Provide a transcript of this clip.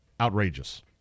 outrageous